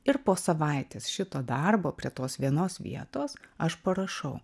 ir po savaitės šito darbo prie tos vienos vietos aš parašau